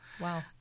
Wow